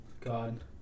God